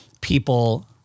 people